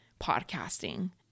podcasting